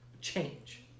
change